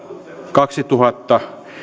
kaksituhatta